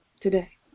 today